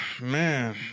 Man